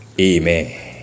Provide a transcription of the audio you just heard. Amen